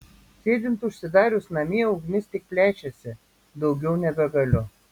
sėdint užsidarius namie ugnis tik plečiasi daugiau nebegaliu